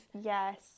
Yes